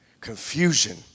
Confusion